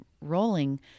rolling